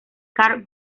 carl